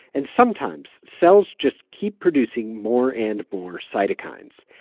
and sometimes, cells just keep producing more and more cytokines.